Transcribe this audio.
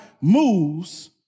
moves